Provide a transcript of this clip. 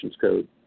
Code